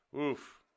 Oof